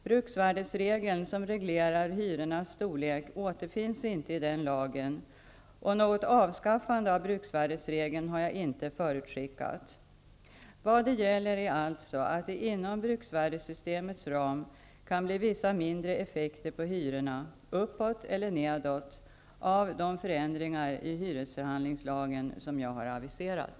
Bruksvärdesregeln, som reglerar hyrornas storlek, återfinns inte i den lagen, och något avskaffande av bruksvärdesregeln har jag inte förutskickat. Vad det gäller är alltså att det inom bruksvärdessystemets ram kan bli vissa mindre effekter på hyrorna -- uppåt eller nedåt -- av de förändringar i hyresförhandlingslagen som jag har aviserat.